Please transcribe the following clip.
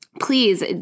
Please